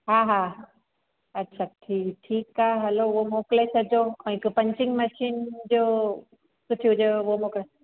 हा हा अच्छा ठीकु ठीकु आहे हलो उहो मोकिले छॾिजो ऐं हिक पंचिंग मशीन हुजेव सुठी हुजेव उहो मोकिल